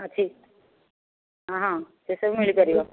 ଅଛି ହଁ ହଁ ସେସବୁ ମିଳିପାରିବ